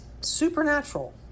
supernatural